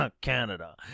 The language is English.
Canada